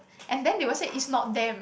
and then they will said is not them